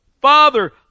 Father